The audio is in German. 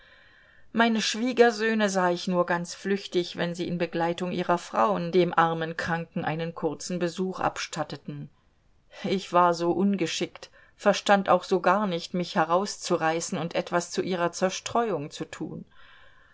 meine schwiegersöhne sah ich nur ganz flüchtig wenn sie in begleitung ihrer frauen dem armen kranken einen kurzen besuch abstatteten ich war so ungeschickt verstand auch so gar nicht mich herauszureißen und etwas zu ihrer zerstreuung zu tun